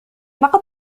لقد